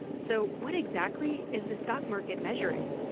so what exactly is the stock market measuring?